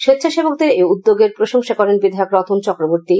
স্বেচ্ছাসেবকদের এই উদ্যোগের প্রশংসা করেন বিধায়ক রতন চক্রবর্তী